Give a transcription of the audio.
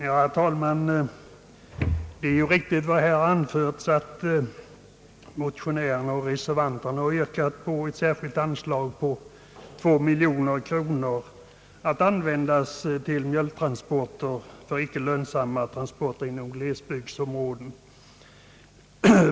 Herr talman! Det är riktigt som här har anförts att motionärerna och reservanterna yrkar på ett särskilt anslag på 2 miljoner kronor att användas för bidrag till icke lönsamma transporter inom glesbygdsområden.